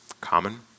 common